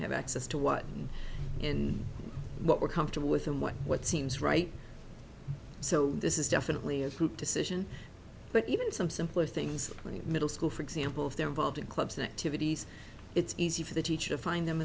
have access to what and in what we're comfortable with and what what seems right so this is definitely a group decision but even some simpler things in the middle school for example if they're involved in clubs and activities it's easy for the teacher find them